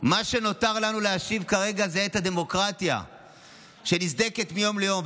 מה שנותר לנו להשיב כרגע זה את הדמוקרטיה שנסדקת מיום ליום.